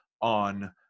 on